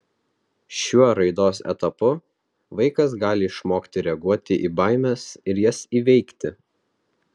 šiuo raidos etapu vaikas gali išmokti reaguoti į baimes ir jas įveikti